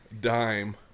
Dime